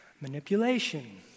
manipulation